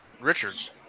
Richards